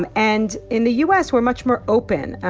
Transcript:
um and in the u s, we're much more open.